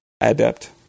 adept